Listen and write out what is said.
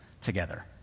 together